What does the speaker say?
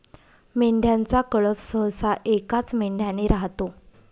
मेंढ्यांचा कळप सहसा एकाच मेंढ्याने राहतो